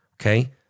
okay